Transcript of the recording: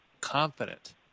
confident